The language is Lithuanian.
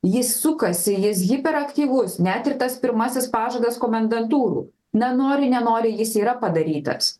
jis sukasi jis hiperaktyvus net ir tas pirmasis pažadas komendantūrų nenori nenori jis yra padarytas